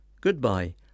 Goodbye